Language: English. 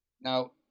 Now